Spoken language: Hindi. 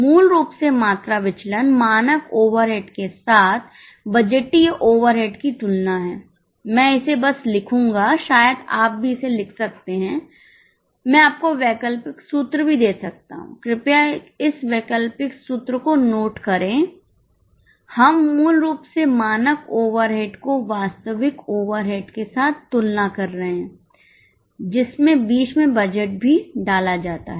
मूल रूप से मात्रा विचलन मानक ओवरहेड के साथ बजटीय ओवरहेड की तुलना है मैं इसे बस लिखूंगा शायद आप भी इसे लिख सकते हैं मैं आपको वैकल्पिक सूत्र भी दे सकता हूं कृपया इस वैकल्पिक सूत्र को नोट करें हम मूल रूप से मानक ओवरहेड को वास्तविक ओवरहेड के साथ तुलना कर रहे हैं जिसमें बीच में बजट भी डाला जाता है